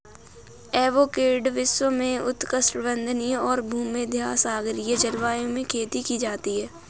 avocado विश्व में उष्णकटिबंधीय और भूमध्यसागरीय जलवायु में खेती की जाती है